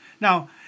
Now